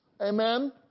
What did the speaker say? Amen